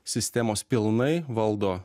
sistemos pilnai valdo